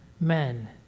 Men